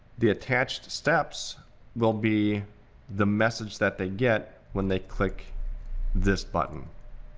the attached steps will be the message that they get when they click this button.